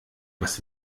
was